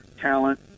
talent